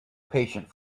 patient